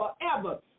forever